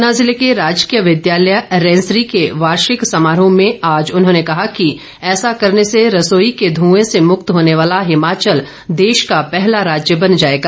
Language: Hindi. ऊना जिले के राजकीय विद्यालय रैंसरी के वार्षिक समारोह में आज उन्होंने कहा कि ऐसा करने से रसोई के ध्रुएं से मुक्त होने वाला हिमाचल देश का पहला राज्य बन जाएगा